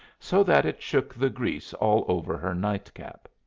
so that it shook the grease all over her night-cap.